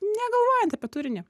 negalvojant apie turinį